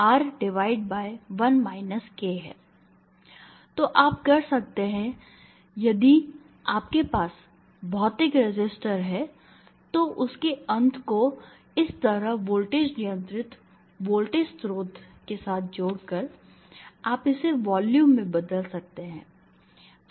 तो आप कर सकते हैं यदि आपके पास भौतिक रेसिस्टर है तो उसके अंत को इस तरह वोल्टेज नियंत्रण वोल्टेज स्रोत के साथ जोड़कर आप इसे वॉल्यूम में बदल सकते हैं